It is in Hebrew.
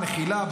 מחילה,